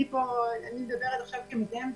אני מדברת עכשיו כמתאמת,